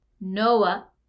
Noah